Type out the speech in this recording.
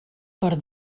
per